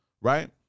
right